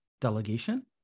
delegation